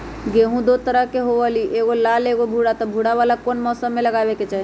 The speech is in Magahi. गेंहू दो तरह के होअ ली एगो लाल एगो भूरा त भूरा वाला कौन मौसम मे लगाबे के चाहि?